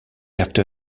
after